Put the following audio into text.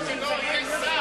סדרנים,